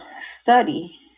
study